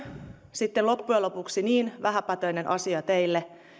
sitten loppujen lopuksi niin vähäpätöinen asia teille